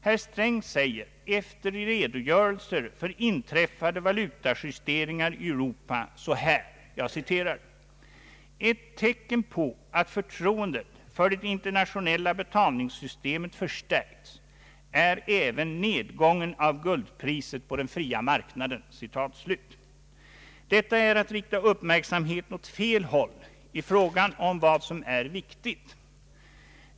Herr Sträng säger — efter redogörelse för inträffade valutajusteringar i Europa — så här: ”Ett tecken på att förtroendet för det internationella betalningssystemet förstärkts är även nedgången av guldpriset på den fria marknaden.” Detta är att rikta uppmärksamheten åt fel håll i fråga om vad som är viktigt.